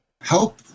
help